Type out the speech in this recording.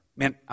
Man